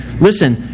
listen